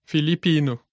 Filipino